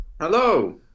Hello